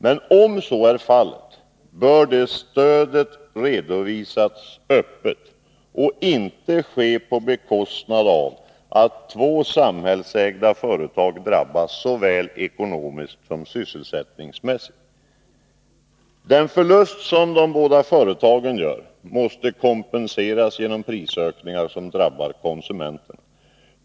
Men om så är fallet bör det stödet redovisas öppet och inte ske på bekostnad av att två samhällsägda företag drabbas såväl ekonomiskt som sysselsättningsmässigt. Den förlust som de båda företagen gör måste kompenseras genom prisökningar som drabbar konsumenterna.